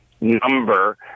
number